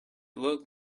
looked